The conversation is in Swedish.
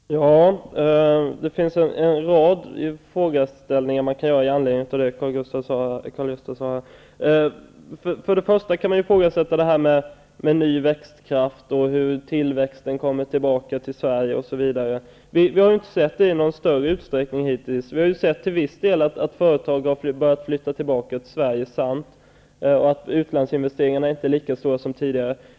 Herr talman! Det finns en rad invändningar att göra i anledning av Karl-Gösta Svensons anförande. Först och främst kan man ifrågasätta detta som gäller ny växtkraft, hur tillväxten kommer tillbaka till Sverige, osv. Vi har ju inte sett det i någon större utsträckning hittills. Till viss del har företag börjat flytta tillbaka till Sverige, och utlandsinvesteringarna är inte lika stora som tidigare.